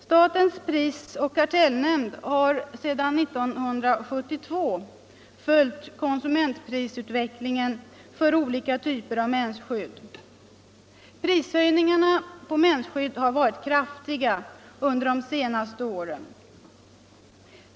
Statens prisoch kartellnämnd har sedan 1972 följt konsumentprisutvecklingen för olika typer av mensskydd. Prishöjningarna på mensskydd har varit kraftiga under de senaste åren.